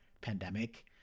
pandemic